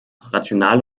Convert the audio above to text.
rational